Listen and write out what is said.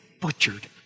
butchered